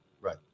Right